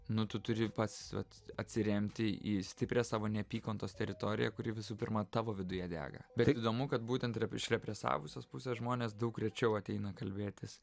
nu tu turi pats vat atsiremti į stiprią savo neapykantos teritoriją kuri visų pirma tavo viduje dega bet įdomu kad būtent re iš represavusios pusės žmonės daug rečiau ateina kalbėtis